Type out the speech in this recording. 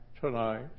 tonight